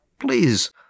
Please